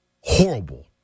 horrible